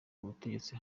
kubutegetsi